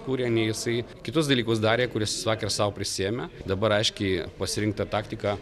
kūrė nei jisai kitus dalykus darė kuris sakė sau prisiėmė dabar aiškiai pasirinktą taktiką